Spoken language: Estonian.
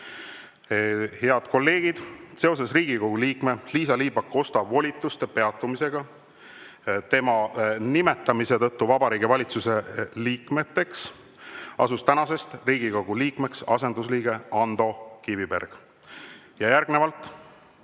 Head kolleegid, seoses Riigikogu liikme Liisa-Ly Pakosta volituste peatumisega tema nimetamise tõttu Vabariigi Valitsuse liikmeks asus tänasest Riigikogu liikmeks asendusliige Ando Kiviberg. Järgnevalt